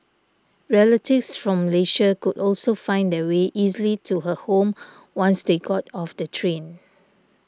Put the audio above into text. relatives from Malaysia could also find their way easily to her home once they got off the train